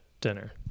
dinner